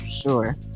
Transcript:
sure